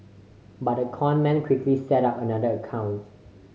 but the con man quickly set up another account